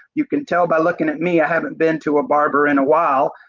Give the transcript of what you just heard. you can tell by looking at me, i haven't been to a barber in a while.